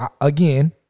again